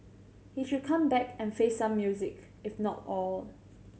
he should come back and face some music if not all